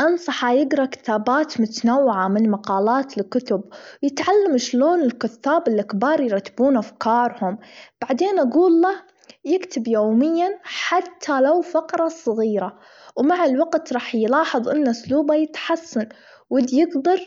أنصحه يجرا كتابات متنوعة من المقالات الكتب يتعلم إيش لون الكتاب الكبار يرتبون أفكارهم، بعدين أجول له يكتب يوميًا حتى لو فقرةصغيرة ومع الوجت راح يلاحظ أن أسلوبه يتحسن وبيجدر